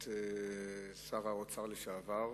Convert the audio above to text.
שר האוצר לשעבר,